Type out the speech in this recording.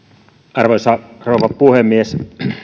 arvoisa rouva puhemies